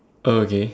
oh okay